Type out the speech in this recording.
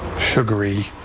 sugary